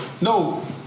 no